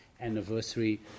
anniversary